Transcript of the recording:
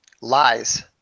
Lies